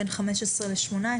בין 15 ל-18,